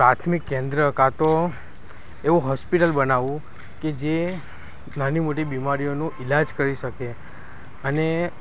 પ્રાથમિક કેન્દ્ર કા તો એવું હોસ્પિટલ બનાવવું કે જે નાની મોટી બિમારીઓ નું ઈલાજ કરી શકે અને